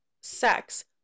sex